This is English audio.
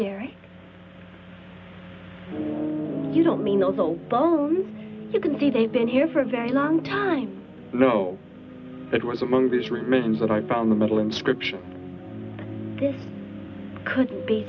terry you don't mean all the bones you can see they've been here for a very long time no it was among these remains that i found the middle inscription could be